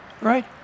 Right